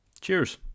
Cheers